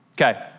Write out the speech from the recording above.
Okay